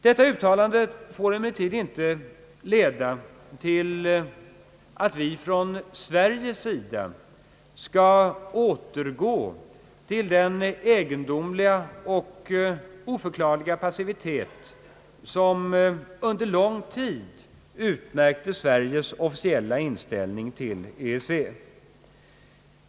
Detta får emellertid inte leda till att vi i Sverige skall återgå till den egendomliga och oförklarliga passivitet som under lång tid utmärkte Sveriges officiella inställning till EEC.